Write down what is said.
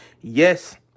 yes